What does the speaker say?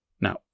Now